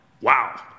wow